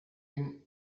une